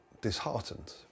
disheartened